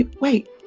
Wait